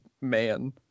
man